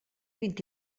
vint